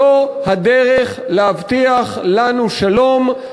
זו הדרך להבטיח לנו שלום,